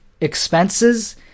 expenses